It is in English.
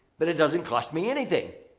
but it doesn't cost me anything.